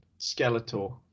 Skeletor